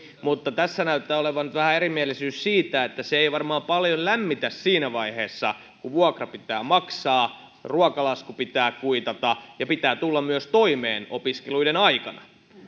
mutta tässä näyttää olevan nyt vähän erimielisyyttä siitä että se ei varmaan paljon lämmitä siinä vaiheessa kun vuokra pitää maksaa ruokalasku pitää kuitata ja pitää tulla myös toimeen opiskeluiden aikana